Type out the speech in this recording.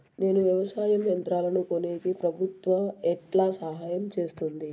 నేను వ్యవసాయం యంత్రాలను కొనేకి ప్రభుత్వ ఎట్లా సహాయం చేస్తుంది?